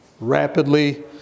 rapidly